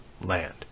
land